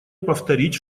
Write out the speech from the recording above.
повторить